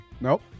Nope